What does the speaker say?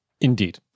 Indeed